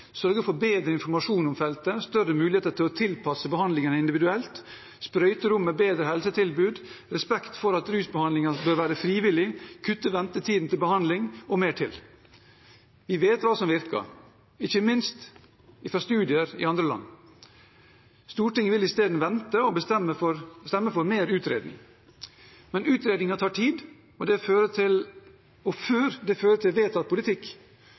sørge for bedre informasjon om feltet og større mulighet til å tilpasse behandlingen individuelt, sprøyterom med bedre helsetilbud, respekt for at rusbehandlingen bør være frivillig, å kutte ventetiden til behandling – og mer til. Vi vet hva som virker, ikke minst fra studier i andre land. Stortinget vil i stedet vente og stemme for mer utredning. Men utredningen tar tid, og før den fører til vedtatt politikk,